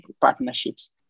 partnerships